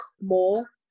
more